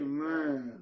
Amen